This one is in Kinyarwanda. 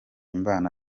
mbana